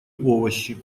овощи